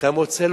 שאתה מוצא,